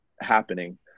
happening